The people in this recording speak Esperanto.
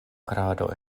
grado